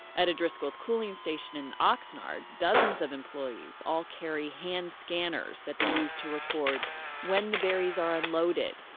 at a driscoll's cooling station in oxnard, dozens of employees all carry hand scanners that they use to record when the berries are unloaded,